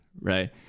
Right